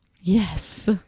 Yes